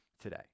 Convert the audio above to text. today